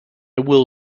will